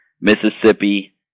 Mississippi